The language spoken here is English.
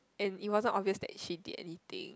and it wasn't obvious that she did anything